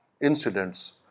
incidents